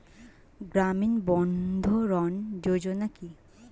গ্রামীণ বন্ধরন যোজনা কি?